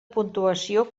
puntuació